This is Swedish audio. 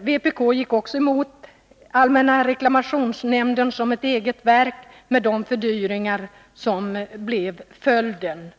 Vpk gick också emot förslaget om allmänna reklamationsnämnden som en fristående myndighet, med de fördyringar som blev följden.